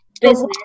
business